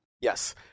Yes